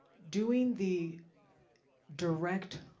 doing the direct,